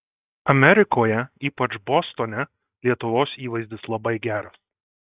amerikoje ypač bostone lietuvos įvaizdis labai geras